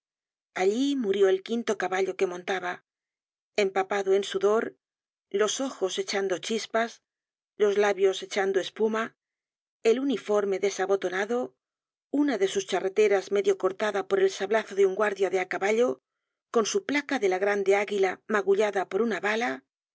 allí murió el quinto caballo que montaba empapado eh sudor los ojos echando chispas los labios echando espuma el uniforme desabotonado una de sus charreteras medio cortada por el sablazo de un guardia de á caballo con su placa de la grande águila magullada por una bala